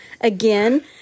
again